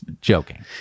joking